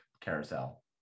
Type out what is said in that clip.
carousel